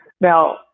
Now